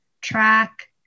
track